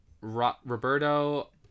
Roberto